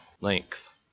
length